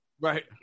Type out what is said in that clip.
right